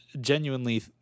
genuinely